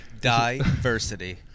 Diversity